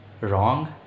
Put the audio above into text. wrong